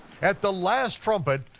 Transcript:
at the last trumpet,